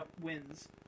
wins